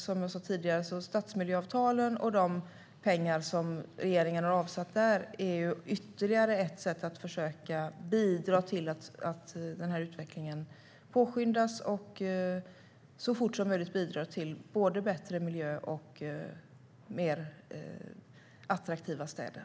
Som jag sa tidigare är stadsmiljöavtalen och de pengar som regeringen har avsatt där ytterligare ett sätt att försöka bidra till att utvecklingen påskyndas. Det handlar om att så fort som möjligt bidra till både bättre miljö och mer attraktiva städer.